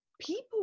people